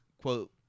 quote—